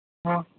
ಹಾಂ